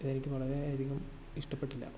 എനിക്ക് വളരെ അധികം ഇഷ്ടപ്പെട്ടില്ല